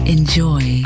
Enjoy